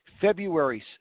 February